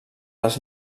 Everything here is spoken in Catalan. les